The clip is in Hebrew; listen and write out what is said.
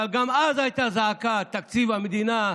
אבל גם אז הייתה זעקה: תקציב המדינה,